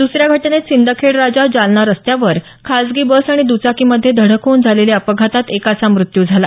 दुसऱ्या घटनेत सिंदखेडराजा जालना रस्त्यावर खासगी बस आणि द्रचाकीमध्ये धडक होऊन झालेल्या अपघातात एकाचा मृत्यू झाला